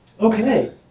Okay